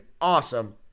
awesome